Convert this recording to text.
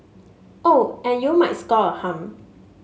oh and you might score a hum